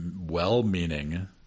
well-meaning